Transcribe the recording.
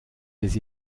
des